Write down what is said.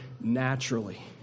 naturally